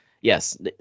Yes